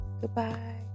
goodbye